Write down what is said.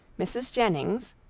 mrs. jennings,